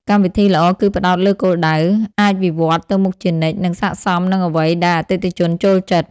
កម្មវិធីល្អគឺផ្តោតលើគោលដៅ អាចវិវត្តន៍ទៅមុខជានិច្ច និងស័ក្តិសមនឹងអ្វីដែលអតិថិជនចូលចិត្ត។